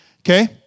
Okay